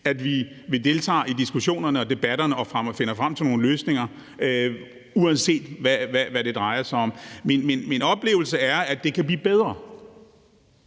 at vi deltager i diskussionerne og debatterne og finder frem til nogle løsninger, uanset hvad det drejer sig om. Min oplevelse er, at det kan blive bedre.